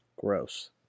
Gross